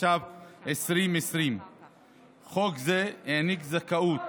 התש"ף 2020. חוק זה העניק זכאות